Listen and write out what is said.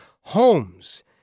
homes